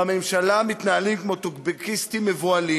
בממשלה מתנהלים כמו טוקבקיסטים מבוהלים